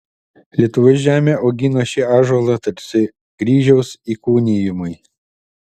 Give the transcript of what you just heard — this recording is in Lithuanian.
lietuvos žemė augino šį ąžuolą tarsi kryžiaus įkūnijimui